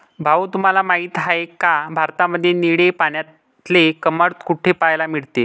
भाऊ तुम्हाला माहिती आहे का, भारतामध्ये निळे पाण्यातले कमळ कुठे पाहायला मिळते?